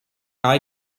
eye